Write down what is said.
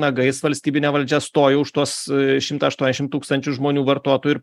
nagais valstybinė valdžia stoja už tuos šimtą aštuoniasdešim tūkstančių žmonių vartotojų ir